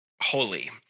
holy